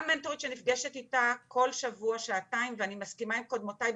גם מנטורית שנפגשת איתה כל שבוע שעתיים ואני מסכימה עם קודמותיי,